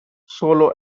solo